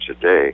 today